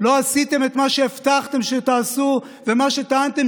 לא עשיתם את מה שהבטחתם שתעשו ומה שטענתם